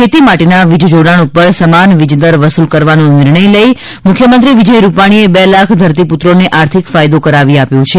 ખેતી માટે ના વીજ જોડાણ ઉપર સમાન વીજ દર વસૂલ કરવાનો નિર્ણય લઈ મુખ્યમંત્રી વિજય રૂપાણીએ બે લાખ ધરતીપુત્રો ને આર્થિક ફાયદો કરાવી આપ્યો છે